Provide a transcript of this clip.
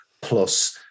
Plus